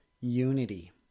unity